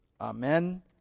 Amen